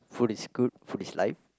food is good food is life